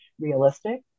realistic